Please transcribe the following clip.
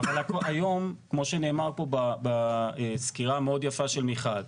היום כמו שנאמר פה בסקירה המאוד יפה של מיכל,